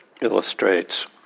illustrates